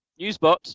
Newsbot